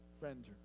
friends